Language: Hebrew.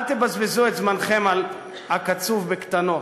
אל תבזבזו את זמנכם הקצוב על קטנות.